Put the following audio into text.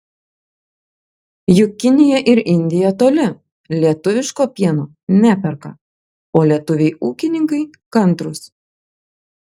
juk kinija ir indija toli lietuviško pieno neperka o lietuviai ūkininkai kantrūs